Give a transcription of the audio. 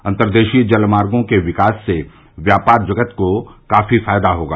अंतरदेशीय जल मार्गो के विकास से व्यापार जगत को काफी फायदा होगा